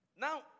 Now